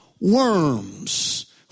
worms